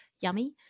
Yummy